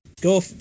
go